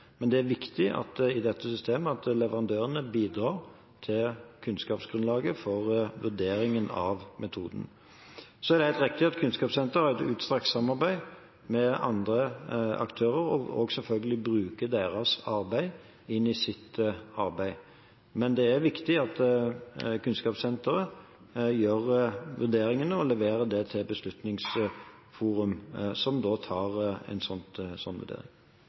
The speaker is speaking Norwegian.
Det er viktig i dette systemet at leverandørene bidrar til kunnskapsgrunnlaget for vurderingen av metoden. Så er det helt riktig at Kunnskapssenteret har et utstrakt samarbeid med andre aktører og bruker selvfølgelig deres arbeid inn i sitt arbeid. Men det er viktig at Kunnskapssenteret gjør vurderingene og leverer det til et beslutningsforum som da tar en slik vurdering.